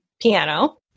piano